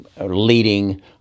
leading